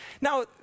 Now